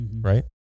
right